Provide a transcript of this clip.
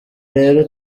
rero